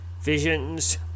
visions